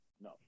no